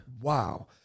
Wow